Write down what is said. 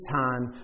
time